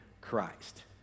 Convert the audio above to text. Christ